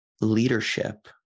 leadership